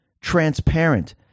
transparent